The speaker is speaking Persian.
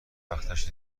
وقتش